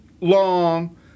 long